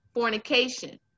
Fornication